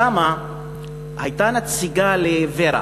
והייתה שם נציגה של ור"ה,